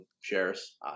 shares